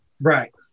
Right